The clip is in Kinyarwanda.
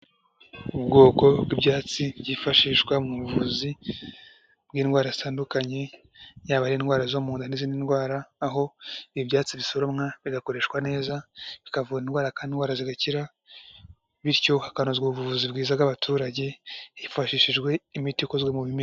Ubwoko bw'ibyatsi byifashishwa mu buvuzi bw'indwara zitandukanye, yaba indwara zo mu nda n'izindi ndwara, aho ibyatsi bisoromwa bigakoreshwa neza bikavura indwara kandi indwara zigakira, bityo hakanozwa ubuvuzi bwiza bw'abaturage hifashishijwe imiti ikozwe mu bimera.